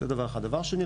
דבר שני,